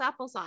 applesauce